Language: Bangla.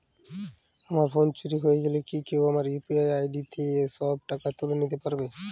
আমার ফোন চুরি হয়ে গেলে কি কেউ আমার ইউ.পি.আই দিয়ে সব টাকা তুলে নিতে পারবে?